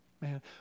man